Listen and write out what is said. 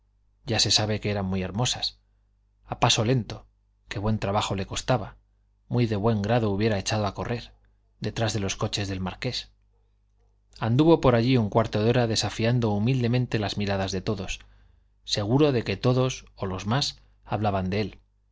mano ya se sabe que eran muy hermosas a paso lento que buen trabajo le costaba muy de buen grado hubiera echado a correr detrás de los coches del marqués anduvo por allí un cuarto de hora desafiando humildemente las miradas de todos seguro de que todos o los más hablaban de él